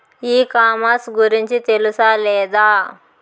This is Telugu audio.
ఈ కామర్స్ గురించి తెలుసా లేదా?